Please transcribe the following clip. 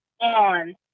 on